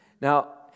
now